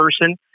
person